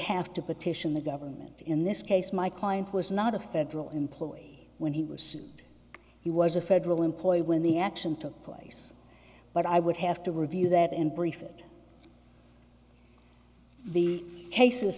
have to petition the government in this case my client was not a federal employee when he was he was a federal employee when the action took place but i would have to review that and brief it the cases